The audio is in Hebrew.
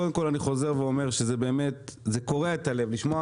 אני חוזר ואומר שזה באמת קורע את הלב לשמוע